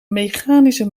mechanische